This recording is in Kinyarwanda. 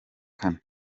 kane